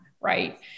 right